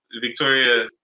Victoria